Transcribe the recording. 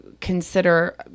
consider